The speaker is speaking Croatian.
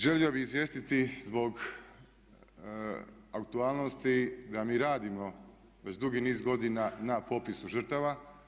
Želio bi izvijestiti zbog aktualnosti da mi radimo već dugi niz godina na popisu žrtava.